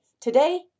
today